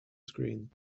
screen